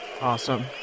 Awesome